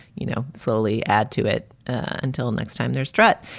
you know, slowly add to it until next time they're stret.